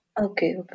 okay